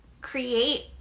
create